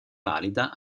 valida